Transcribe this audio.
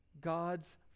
God's